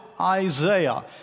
Isaiah